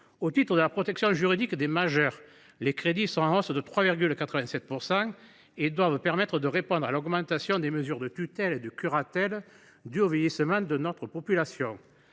au titre de la protection juridique des majeurs sont en hausse de 3,87 %; ils doivent permettre de répondre à l’augmentation du nombre de mesures de tutelle et de curatelle due au vieillissement de notre population.